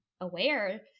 aware